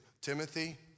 Timothy